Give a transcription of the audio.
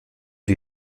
die